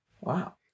Wow